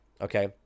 okay